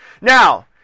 Now